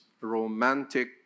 romantic